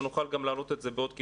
ונוכל גם להעלות את זה בעוד כחודש,